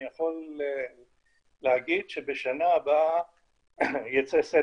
אני יכול להגיד שבשנה הבאה ייצא סט